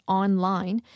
online